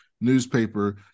newspaper